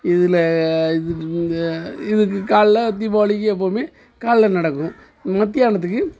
இதில் இங்கே இதுக்கு காலைல தீபாவளிக்கு எப்போவுமே காலைல நடக்கும் மத்தியானதுக்கு